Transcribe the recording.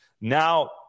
Now